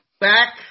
back